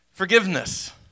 Forgiveness